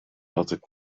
altijd